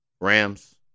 Rams